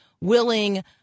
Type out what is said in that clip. willing